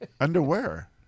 Underwear